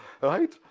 right